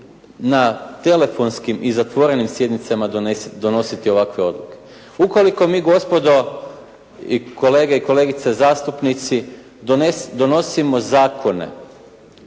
na telefonskim i zatvorenim sjednicama donositi ovakve odluke. Ukoliko mi gospodo i kolege i kolegice zastupnici donosimo zakone